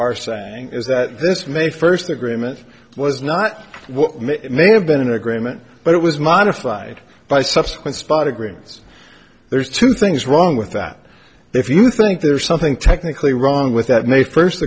are saying is that this may first agreement was not what may have been an agreement but it was modified by subsequent spot agreements there's two things wrong with that if you think there's something technically wrong with that may first